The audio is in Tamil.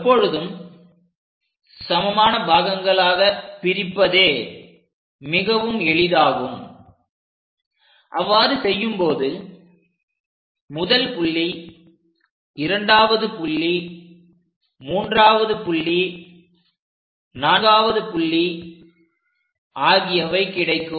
எப்பொழுதும் சமமான பாகங்களாக பிரிப்பதே மிகவும் எளிதாகும் அவ்வாறு செய்யும் போது முதல் புள்ளி இரண்டாவது புள்ளி மூன்றாவது புள்ளிநான்காவது புள்ளி ஆகியவை கிடைக்கும்